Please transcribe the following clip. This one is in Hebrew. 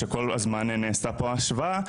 שכל הזמן נעשתה פה השוואה,